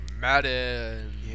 Madden